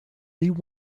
lee